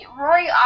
Rory